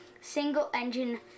single-engine